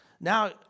Now